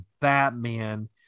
Batman